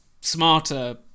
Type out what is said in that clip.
smarter